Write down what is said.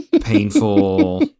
painful